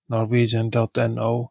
Norwegian.no